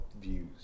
views